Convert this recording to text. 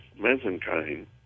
mesenchyme